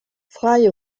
fry